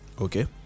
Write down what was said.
okay